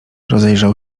rozejrzał